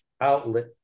outlet